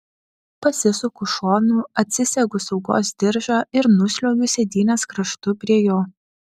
pasisuku šonu atsisegu saugos diržą ir nusliuogiu sėdynės kraštu prie jo